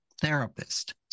therapist